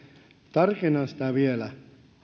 tarkennan vielä